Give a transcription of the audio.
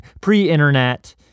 pre-internet